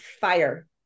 fire